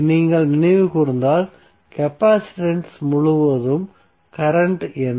நீங்கள் நினைவு கூர்ந்தால் கெப்பாசிட்டன்ஸ் முழுவதும் கரண்ட் என்ன